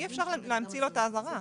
אי אפשר להמציא לו את האזהרה.